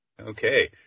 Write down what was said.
Okay